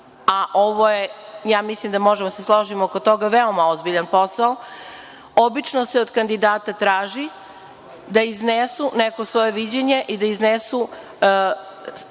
a ovo je, ja mislim da možemo da se složimo oko toga, veoma ozbiljan posao, obično se od kandidata traži da iznesu neko svoje viđenje i da iznesu